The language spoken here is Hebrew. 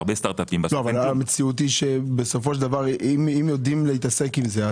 אם יודעים להתעסק בזה,